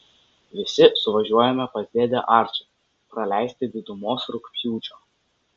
visi suvažiuojame pas dėdę arčį praleisti didumos rugpjūčio